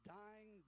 dying